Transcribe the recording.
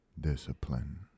Discipline